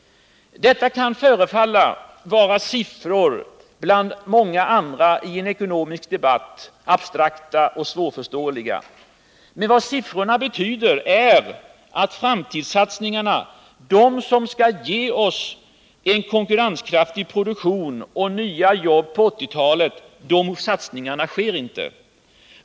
Detta kan förefalla vara siffror bland många andra i en ekonomisk debatt, abstrakta och svårförståeliga. Men vad siffrorna betyder är att framtidssatsningarna, de som skall ge oss en konkurrenskraftig produktion och nya jobb på 1980-talet, inte sker.